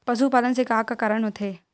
पशुपालन से का का कारण होथे?